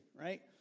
right